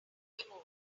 honeymoon